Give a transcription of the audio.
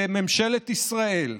ישראל